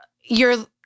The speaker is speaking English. you're-